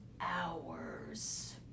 Hours